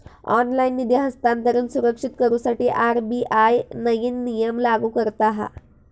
online निधी हस्तांतरण सुरक्षित करुसाठी आर.बी.आय नईन नियम लागू करता हा